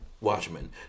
Watchmen